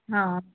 ਹਾਂ